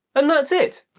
and that's it.